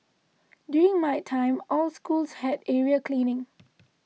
during my time all schools had area cleaning